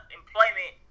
employment